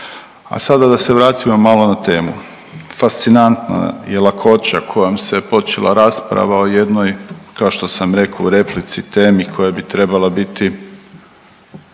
A sada da se vratimo malo na temu. Fascinantno je i lakoća kojom se počela rasprava o jednoj kao što sam rekao u replici temi koja bi trebala biti